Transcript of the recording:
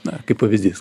na kaip pavyzdys